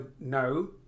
no